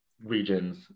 regions